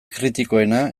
kritikoena